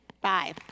bye